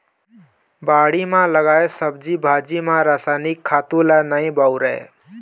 बाड़ी म लगाए सब्जी भाजी म रसायनिक खातू ल नइ बउरय